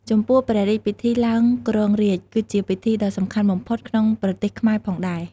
ចំពោះព្រះរាជពិធីឡើងគ្រងរាជ្យ គឺជាពិធីដ៏សំខាន់បំផុតក្នុងប្រទេសខ្មែរផងដែរ ។